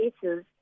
cases